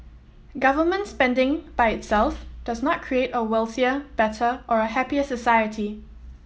government spending by itself does not create a wealthier better or a happier society